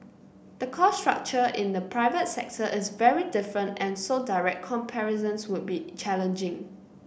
the cost structure in the private sector is very different and so direct comparisons would be challenging